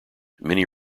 many